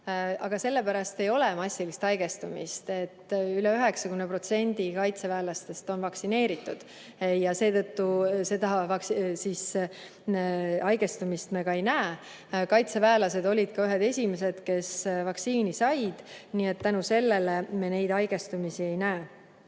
Aga sellepärast ei ole massilist haigestumist, et üle 90% kaitseväelastest on vaktsineeritud. Seetõttu me ka haigestumist ei näe. Kaitseväelased olid ka ühed esimesed, kes vaktsiini said. Nii et tänu sellele me neid haigestumisi ei näe. Nüüd